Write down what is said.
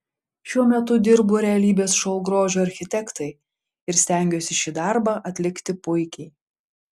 šiuo metu dirbu realybės šou grožio architektai ir stengiuosi šį darbą atlikti puikiai